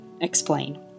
explain